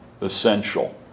essential